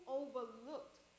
overlooked